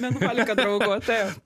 vienuolika draugų taip